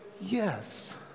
yes